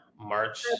March